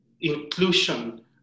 inclusion